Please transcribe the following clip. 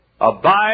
Abide